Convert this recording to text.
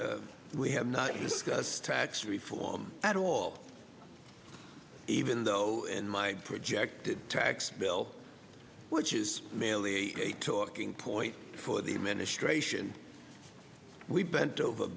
we have not discussed tax reform at all even though in my projected tax bill which is merely a talking point for the administration we bent over